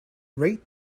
rate